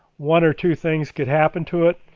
one or two things could happen to it.